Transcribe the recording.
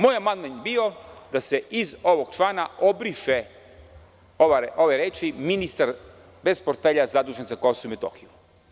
Moj amandman je bio da se iz ovog člana obrišu ove reči: „ministar bez portfelja zadužen za Kosovo i Metohiju“